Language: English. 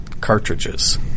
cartridges